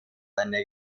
eine